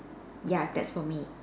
ya that's for me